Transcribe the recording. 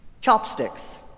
chopsticks